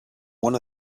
one